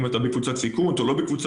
כלומר אם אתה בקבוצת סיכון או לא וכו'.